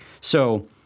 So-